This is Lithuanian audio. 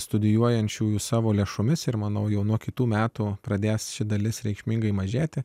studijuojančiųjų savo lėšomis ir manau jau nuo kitų metų pradės ši dalis reikšmingai mažėti